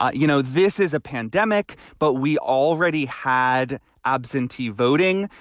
ah you know, this is a pandemic. but we already had absentee voting.